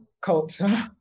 culture